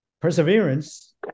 perseverance